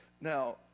Now